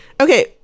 Okay